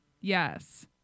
yes